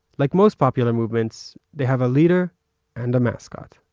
like most popular movements, they have a leader and a mascot.